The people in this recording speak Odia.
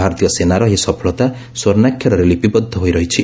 ଭାରତୀୟ ସେନାର ଏହି ସଫଳତା ସ୍ୱର୍ଣ୍ଣାକ୍ଷରରେ ଲିପିବଦ୍ଧ ହୋଇ ରହିଛି